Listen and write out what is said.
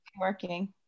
working